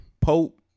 Pope